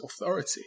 authority